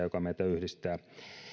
joka meitä yhdistää